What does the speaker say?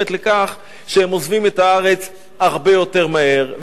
לכך שהם עוזבים את הארץ הרבה יותר מהר,